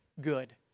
good